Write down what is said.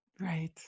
Right